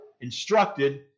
instructed